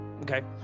Okay